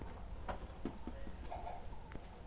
का बैगन के सिचाई ला सप्रे सही होई?